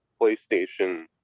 PlayStation